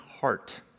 heart